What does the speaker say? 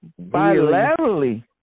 bilaterally